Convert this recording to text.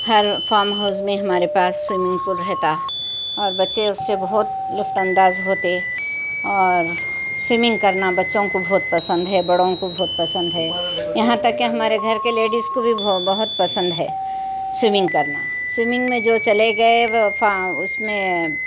ہر farm house میں ہمارے پاس سویمنگ پول رہتا اور بچے اس سے بہت لطف انداز ہوتے اور سویمنگ کرنا بچوں کو بہت پسند ہے بڑوں کو بہت پسند ہے یہاں تک کہ ہمارے گھر کے لیڈیز کو بھی بہت پسند ہے سویمنگ کرنا سویمنگ میں جو چلے گئے وہ اس میں